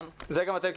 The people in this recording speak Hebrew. זה גם אתם קיבלתם.